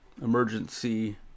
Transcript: emergency